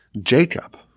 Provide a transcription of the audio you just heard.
Jacob